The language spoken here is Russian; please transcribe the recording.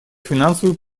финансовую